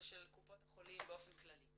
ושל קופות החולים באופן כללי.